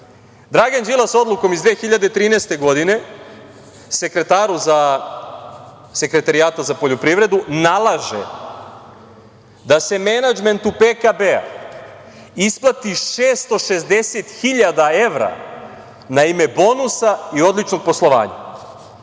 Dragan Đilas odlukom iz 2013. godine sekretaru Sekretarijata za poljoprivredu nalaže da se menadžmentu PKB-a isplati 660 hiljada evra na ime bonusa i odličnog poslovanja.